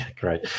great